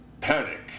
Panic